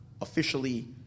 officially